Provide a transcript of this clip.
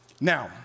Now